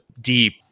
deep